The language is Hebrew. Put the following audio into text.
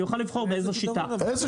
יוכל לבחור באיזו שיטה.